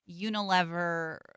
Unilever